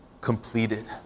completed